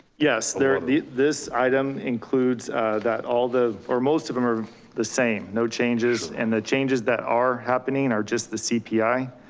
yes, there, this item includes that all the, or most of them are the same, no changes and the changes that are happening are just the cpi,